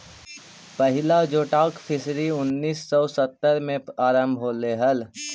पहिला जोटाक फिशरी उन्नीस सौ सत्तर में आरंभ होले हलइ